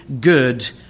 good